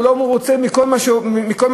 הוא לא מרוצה מכל מה שקורה.